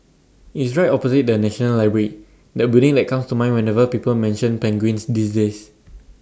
IT is right opposite the National Library that building that comes to mind whenever people mention penguins these days